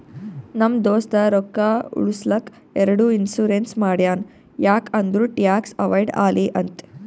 ನಮ್ ದೋಸ್ತ ರೊಕ್ಕಾ ಉಳುಸ್ಲಕ್ ಎರಡು ಇನ್ಸೂರೆನ್ಸ್ ಮಾಡ್ಸ್ಯಾನ್ ಯಾಕ್ ಅಂದುರ್ ಟ್ಯಾಕ್ಸ್ ಅವೈಡ್ ಆಲಿ ಅಂತ್